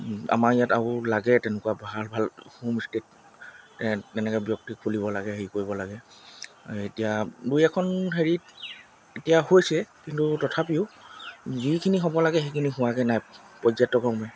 আমাৰ ইয়াত আৰু লাগে তেনেকুৱা ভাল ভাল হোমষ্টে তেনেকৈ ব্যক্তি খুলিব লাগে হেৰি কৰিব লাগে এতিয়া দুই এখন হেৰিত এতিয়া হৈছে কিন্তু তথাপিও যিখিনি হ'ব লাগে সেইখিনি হোৱাগৈ নাই পৰ্যটক মৰ্মে